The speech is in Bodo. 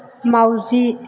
मावजि